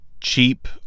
cheap